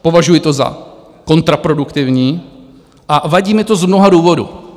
Považuji to za kontraproduktivní a vadí mi to z mnoha důvodů.